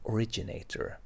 Originator